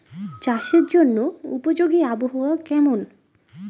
চাষের জন্য উপযোগী আবহাওয়া কেমন?